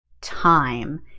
time